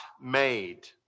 made